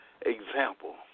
example